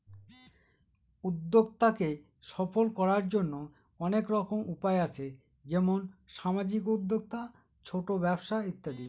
উদ্যক্তাকে সফল করার জন্য অনেক রকম উপায় আছে যেমন সামাজিক উদ্যোক্তা, ছোট ব্যবসা ইত্যাদি